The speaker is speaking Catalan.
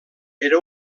era